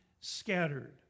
scattered